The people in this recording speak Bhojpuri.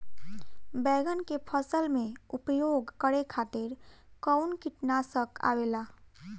बैंगन के फसल में उपयोग करे खातिर कउन कीटनाशक आवेला?